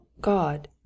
God